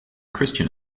christian